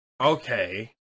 okay